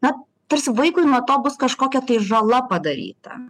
na tarsi vaikui nuo to bus kažkokia tai žala padaryta